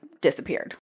disappeared